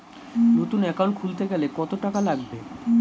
নতুন একাউন্ট খুলতে গেলে কত টাকা লাগবে?